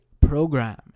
program